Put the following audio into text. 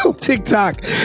TikTok